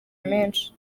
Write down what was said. menshi